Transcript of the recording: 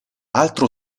altro